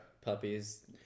puppies